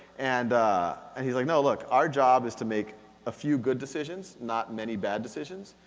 and and he's like no look, our job is to make a few good decisions, not many bad decisions.